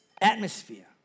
Atmosphere